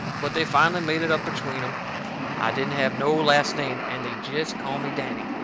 but they finally made it up between em i didn't have no last name, and they'd jest call me danny.